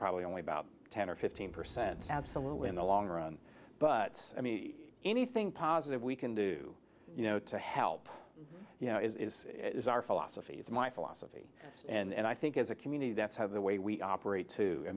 probably only about ten or fifteen percent absolutely in the long run but i mean anything positive we can do you know to help you know it is our philosophy it's my philosophy and i think as a community that's how the way we operate too i